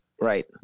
Right